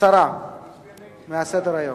הסרה מסדר-היום.